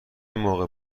موقع